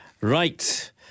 Right